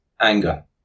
Anger